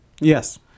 Yes